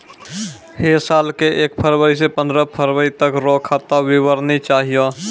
है साल के एक फरवरी से पंद्रह फरवरी तक रो खाता विवरणी चाहियो